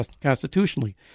constitutionally